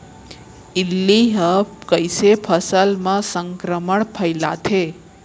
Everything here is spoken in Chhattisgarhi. इल्ली ह कइसे फसल म संक्रमण फइलाथे?